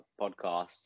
podcast